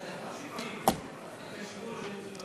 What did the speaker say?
משימוש וניצול לא טוב.